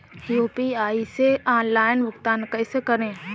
UPI से online भुगतान कैसे करें?